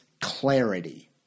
clarity